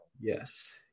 Yes